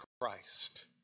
Christ